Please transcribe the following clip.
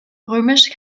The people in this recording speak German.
römisch